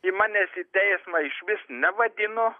ir manęs į teismą išvis nevadino